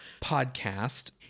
podcast